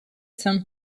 some